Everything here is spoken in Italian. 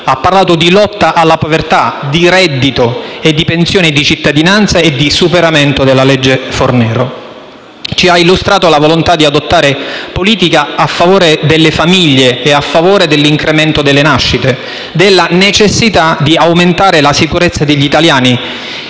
ha parlato di lotta alla povertà, di reddito e di pensioni di cittadinanza e di superamento della legge Fornero. Ci ha illustrato la volontà di adottare politiche a favore delle famiglie e dell'incremento delle nascite e della necessità di aumentare la sicurezza degli italiani.